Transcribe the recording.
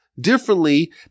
differently